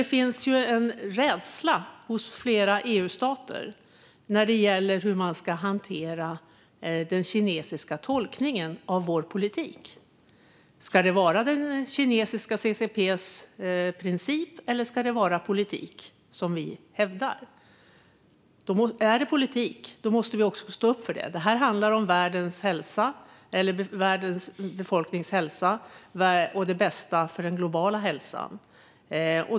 Det finns en rädsla hos flera EU-stater när det gäller hur man ska hantera den kinesiska tolkningen av vår politik. Ska det vara kinesiska CCP:s princip, eller ska det vara politik, som vi hävdar? Är det politik måste vi också stå upp för det. Detta handlar om världens befolknings hälsa och det bästa för den globala hälsan.